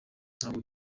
ntabwo